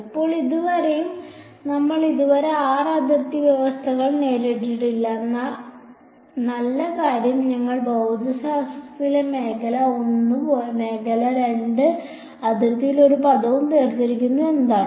ഇപ്പോൾ ഇതുവരെയും നമ്മൾ ഇതുവരെ r അതിർത്തി വ്യവസ്ഥകൾ നേരിട്ടിട്ടില്ല എന്നാൽ നല്ല കാര്യം ഞങ്ങൾ ഭൌതികശാസ്ത്രത്തെ മേഖല 1 മേഖല 2 ആയും അതിർത്തിയിലെ ഒരു പദമായും വേർതിരിക്കുന്നു എന്നതാണ്